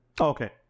Okay